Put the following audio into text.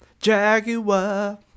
Jaguar